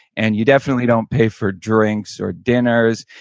and you definitely don't pay for drinks or dinners.